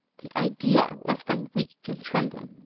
the idea left them weak and trembling.